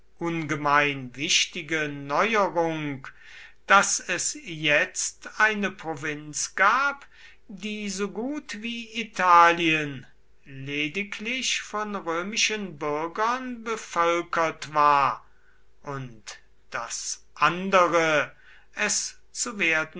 ungemein wichtige neuerung daß es jetzt eine provinz gab die so gut wie italien lediglich von römischen bürgern bevölkert war und daß andere es zu werden